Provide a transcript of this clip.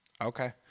okay